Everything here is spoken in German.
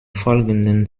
folgenden